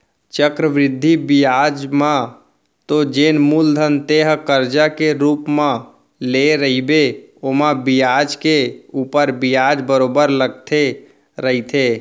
चक्रबृद्धि बियाज म तो जेन मूलधन तेंहा करजा के रुप म लेय रहिबे ओमा बियाज के ऊपर बियाज बरोबर लगते रहिथे